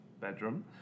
Bedroom